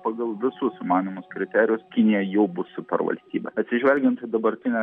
pagal visus įmanomus kriterijus kinija jau bus supervalstybė atsižvelgiant į dabartinę